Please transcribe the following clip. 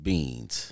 Beans